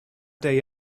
day